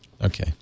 Okay